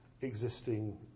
existing